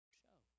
show